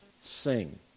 sing